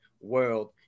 world